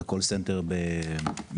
את הקול סנטר ברוסיה,